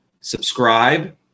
subscribe